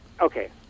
Okay